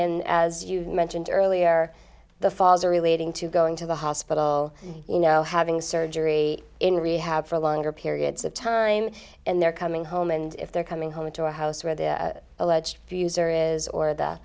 and as you mentioned earlier the falls are relating to going to the hospital you know having surgery in rehab for longer periods of time and they're coming home and if they're coming home to a house where the alleged abuser is or th